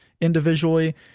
individually